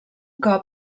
cop